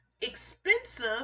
expensive